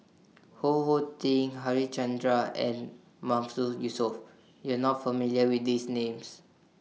Ho Ho Ding Harichandra and Mahmood Yusof YOU Are not familiar with These Names